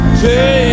change